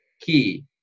key